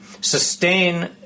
sustain